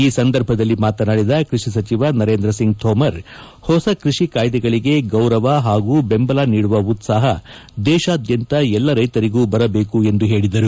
ಈ ಸಂದರ್ಭದಲ್ಲಿ ಮಾತನಾಡಿದ ಕೈಷಿ ಸಚಿವ ನರೇಂದ್ರ ಸಿಂಗ್ ತೋಮರ್ ಹೊಸ ಕೈಷಿ ಕಾಯ್ದೆಗಳಗೆ ಗೌರವ ಹಾಗೂ ಬೆಂಬಲ ನೀಡುವ ಉತ್ಲಾಹ ದೇಶಾದ್ಯಂತ ಎಲ್ಲ ರೈತರಿಗೂ ಬರಬೇಕು ಎಂದು ಹೇಳಿದರು